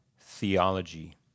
theology